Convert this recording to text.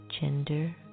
gender